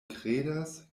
kredas